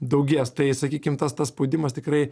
daugės tai sakykim tas tas spaudimas tikrai